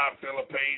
Philippines